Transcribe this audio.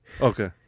okay